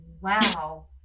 Wow